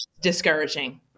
Discouraging